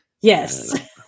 Yes